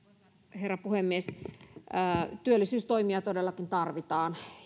herra puhemies työllisyystoimia todellakin tarvitaan